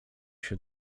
się